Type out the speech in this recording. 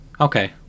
Okay